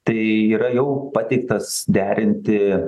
tai yra jau pateiktas derinti